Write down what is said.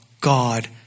God